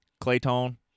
Clayton